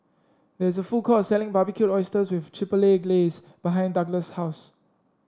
there is a food court selling Barbecued Oysters with Chipotle Glaze behind Douglas' house